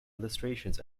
illustrations